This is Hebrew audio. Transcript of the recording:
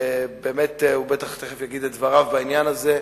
ובטח הוא תיכף יגיד את דבריו בעניין הזה.